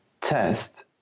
test